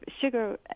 sugar